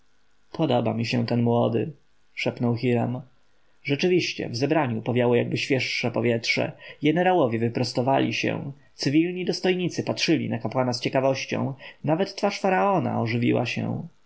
podoba mi się ten młody szepnął hiram rzeczywiście w zebraniu powiało jakby świeższe powietrze jenerałowie wyprostowali się cywilni dostojnicy patrzyli na kapłana z ciekawością nawet twarz faraona ożywiła się